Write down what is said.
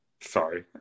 Sorry